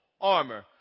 armor